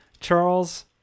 Charles